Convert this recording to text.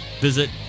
visit